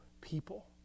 people